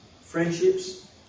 friendships